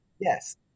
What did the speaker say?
Yes